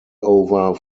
over